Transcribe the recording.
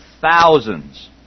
thousands